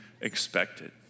expected